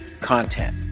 content